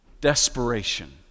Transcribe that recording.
desperation